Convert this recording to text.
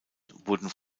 wurden